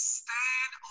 stand